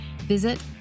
Visit